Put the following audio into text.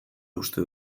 uste